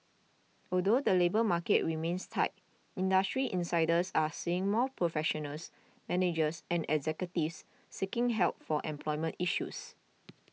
although the labour market remains tight industry insiders are seeing more professionals managers and executives seeking help for employment issues